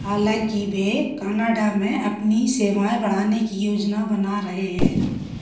हालाँकि वह कनाडा में अपनी सेवाएँ बढ़ाने की योजना बना रहे हैं